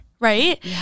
Right